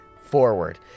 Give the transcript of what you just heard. forward